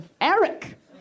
Eric